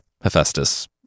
Hephaestus